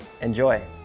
Enjoy